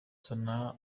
zana